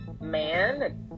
man